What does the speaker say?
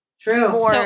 True